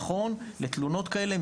נכון ומהיר לתלונות כאלה.